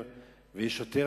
נחוץ,